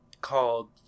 called